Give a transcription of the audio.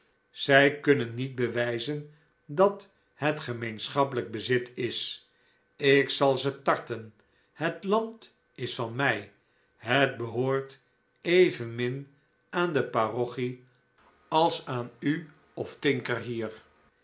zij kunnen niet bewijzen dat het gemeenschappelijk bezit is ik zal ze tarten het land is van mij het behoort evenmin aan de parochie als aan u of tinker hier